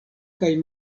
kaj